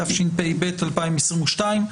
התשפ"ב-2022.